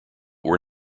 were